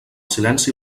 silenci